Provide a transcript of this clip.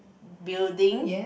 building